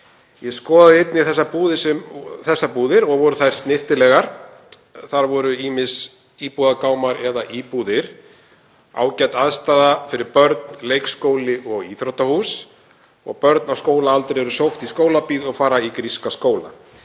Ég skoðaði einnig þessar búðir og voru þær snyrtilegar. Þar voru ýmist íbúðagámar eða íbúðir, ágæt aðstaða fyrir börn, leikskóli og íþróttahús og börn á skólaaldri eru sótt í skólabíl og fara í gríska skóla.